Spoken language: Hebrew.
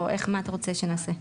מה אתה רוצה שנעשה?